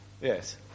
Yes